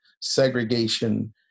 segregation